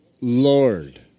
Lord